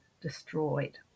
destroyed